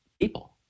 People